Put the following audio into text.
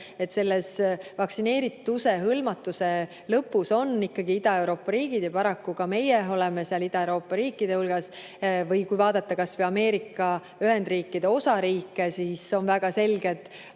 et vaktsineeritusega hõlmatuse lõpus on ikkagi Ida-Euroopa riigid ja paraku ka meie oleme Ida-Euroopa riikide hulgas? Või kui vaadata kas või Ameerika Ühendriikide osariike, siis neis on väga selged